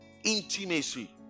Intimacy